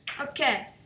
Okay